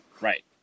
right